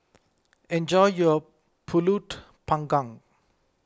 enjoy your Pulut Panggang